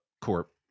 corp